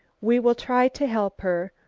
we will try to help her,